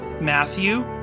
Matthew